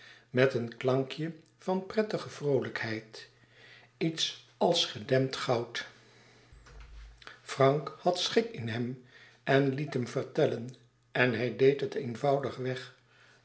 met een klankje van prettige vroolijkheid iets als gedempt goud frank had schik in hem en liet hem vertellen en hij deed het eenvoudig weg